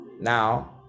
Now